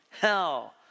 hell